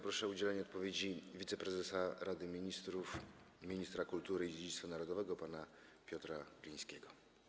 Proszę o udzielenie odpowiedzi wiceprezesa Rady Ministrów, ministra kultury i dziedzictwa narodowego pana Piotra Glińskiego.